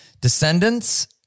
Descendants